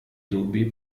tubi